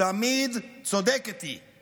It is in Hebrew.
תמיד צודקת היא.